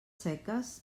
seques